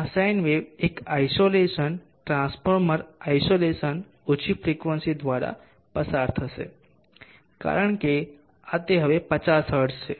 આ sine wave એક isolation transformer isolation ઓછી ફ્રિકવન્સી દ્વારા પસાર થશે કારણ કે આ તે હવે 50 હર્ટ્ઝ છે